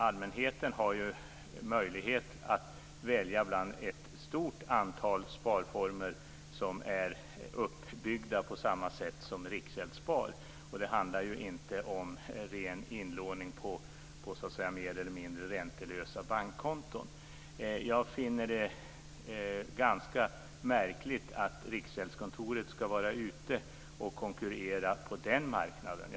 Allmänheten har möjlighet att välja bland ett stort antal sparformer som är uppbyggda på samma sätt som Riksgäldsspar. Det handlar inte om ren inlåning på mer eller mindre räntelösa bankkonton. Jag finner det ganska märkligt att Riksgäldskontoret ska vara ute och konkurrera på den marknaden.